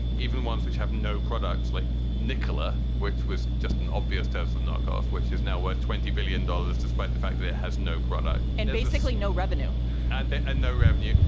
even ones which have no products like niccola, which was just an obvious tesla knockoff, which is now worth twenty billion dollars, despite the fact that it has no product and basically no revenue and and no revenue.